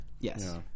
Yes